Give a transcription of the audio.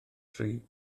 tri